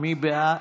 מי בעד?